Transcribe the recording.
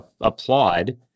applaud